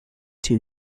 two